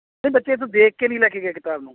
ਨਹੀਂ ਬੱਚੇ ਇੱਥੋਂ ਦੇਖ ਕੇ ਨਹੀਂ ਲੈ ਕੇ ਗਏ ਕਿਤਾਬ ਨੂੰ